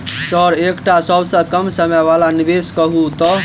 Sir एकटा सबसँ कम समय वला निवेश कहु तऽ?